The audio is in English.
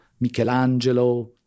Michelangelo